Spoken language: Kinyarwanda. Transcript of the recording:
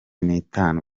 n’itanu